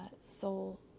soul